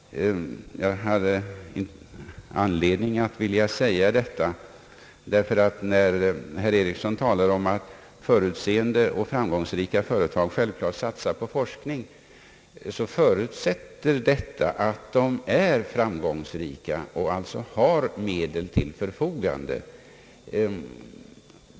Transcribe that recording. Jag hade anledning att framföra dessa synpunkter. Herr John Ericsson talade om att »förutseende och framgångsrika företag» självklart satsar på forskning. Detta förutsätter dock att de är framgångsrika och alltså har medel till förfogande.